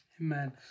Amen